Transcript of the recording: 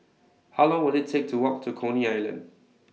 How Long Will IT Take to Walk to Coney Island